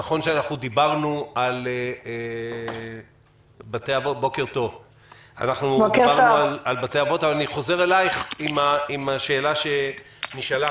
נכון שאנחנו דיברנו על בתי האבות אבל אני חוזר אליך עם השאלה שנשאלה